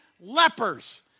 lepers